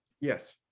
Yes